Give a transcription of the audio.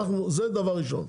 זה דבר ראשון.